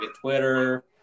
Twitter